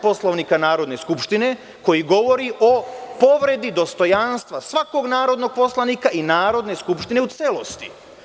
Poslovnika Narodne skupštine koji govori o povredi dostojanstva svakog narodnog poslanika i Narodne skupštine u celosti.